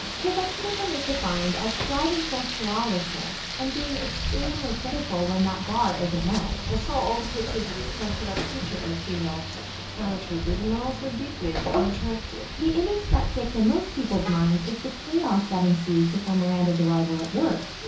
perfectionism is defined as striving for flawlessness, and being extremely critical when that bar isn't met. i saw the pictures that he sent for that feature on the female paratroopers and they're all so deeply unattractive the image that sticks in most people's minds is the chaos that ensues before miranda's arrival at work.